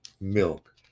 milk